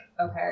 Okay